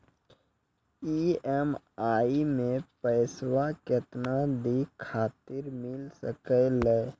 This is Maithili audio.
ई.एम.आई मैं पैसवा केतना दिन खातिर मिल सके ला?